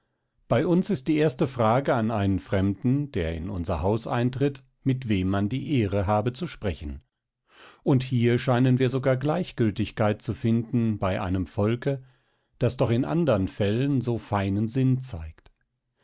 bei uns ist die erste frage an einen fremden der in unser haus eintritt mit wem man die ehre habe zu sprechen und hier scheinen wir sogar gleichgültigkeit zu finden bei einem volke das doch in andern fällen so feinen sinn zeigt